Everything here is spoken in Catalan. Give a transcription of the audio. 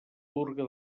purga